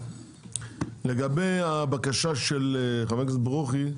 לגבי הבקשה של חבר הכנסת ברוכי,